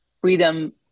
Freedom